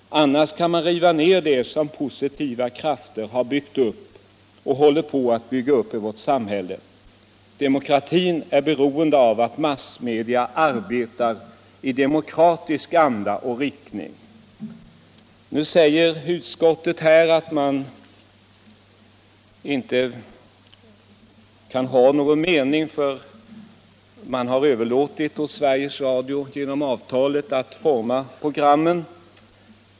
Annars kan man riva ner det som positiva krafter har byggt upp och håller på att bygga upp i vårt samhälle. Demokratin är beroende av att massmedia arbetar i demokratisk anda och riktning. Utskottet avstyrker motionen och hänvisar till att man genom avtal har överlåtit åt Sveriges Radio att utforma programmen.